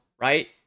right